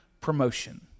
promotion